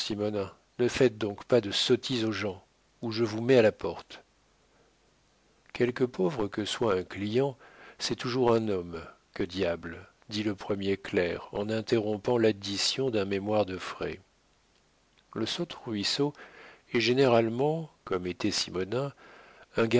ne faites donc pas de sottises aux gens ou je vous mets à la porte quelque pauvre que soit un client c'est toujours un homme que diable dit le premier clerc en interrompant l'addition d'un mémoire de frais le saute-ruisseau est généralement comme était simonnin un